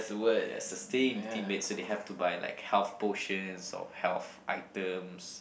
ya sustain teammates so they have to buy like health potions or health items